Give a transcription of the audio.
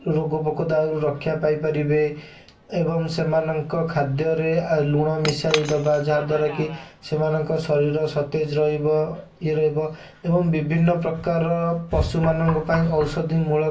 ରୋଗପୋକ ଦାଉରୁ ରକ୍ଷା ପାଇପାରିବେ ଏବଂ ସେମାନଙ୍କ ଖାଦ୍ୟରେ ଆ ଲୁଣ ମିଶାଇଦେବା ଯାହାଦ୍ୱାରା କି ସେମାନଙ୍କ ଶରୀର ସତେଜ ରହିବ ଇଏ ରହିବ ଏବଂ ବିଭିନ୍ନପ୍ରକାର ପଶୁମାନଙ୍କ ପାଇଁ ଔଷଧି ମୂଳ